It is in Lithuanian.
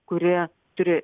kuri turi